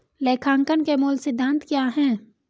लेखांकन के मूल सिद्धांत क्या हैं?